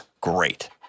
Great